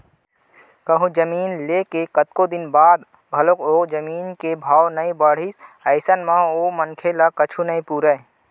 कहूँ जमीन ले के कतको दिन बाद घलोक ओ जमीन के भाव ह नइ बड़हिस अइसन म ओ मनखे ल कुछु नइ पुरय